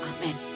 Amen